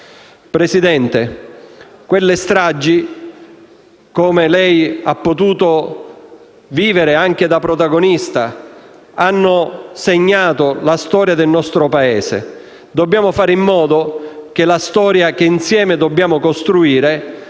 Presidente, quelle stragi, come lei ha potuto vivere anche da protagonista, hanno segnato la storia del nostro Paese. Dobbiamo fare in modo che la storia che insieme dobbiamo costruire